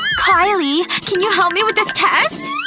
kylie. can you help me with this test?